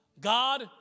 God